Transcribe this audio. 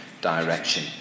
direction